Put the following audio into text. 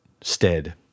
stead